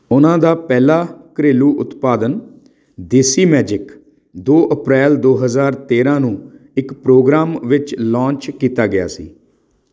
ਉਹਨਾਂ ਦਾ ਪਹਿਲਾ ਘਰੇਲੂ ਉਤਪਾਦਨ ਦੇਸੀ ਮੈਜਿਕ ਦੋ ਅਪ੍ਰੈਲ ਦੋ ਹਜ਼ਾਰ ਤੇਰ੍ਹਾਂ ਨੂੰ ਇੱਕ ਪ੍ਰੋਗਰਾਮ ਵਿੱਚ ਲਾਂਚ ਕੀਤਾ ਗਿਆ ਸੀ